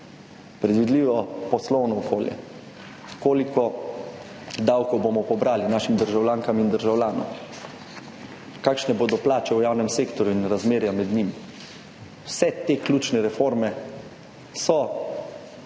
predvidljivo poslovno okolje, koliko davkov bomo pobrali našim državljankam in državljanom, kakšne bodo plače v javnem sektorju in razmerja med njimi. Vse te ključne reforme so bolj,